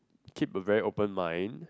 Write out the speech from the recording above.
keep a very open mind